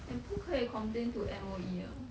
and 不可以 complain to M_O_E ah